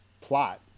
plot